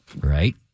Right